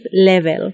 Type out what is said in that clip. level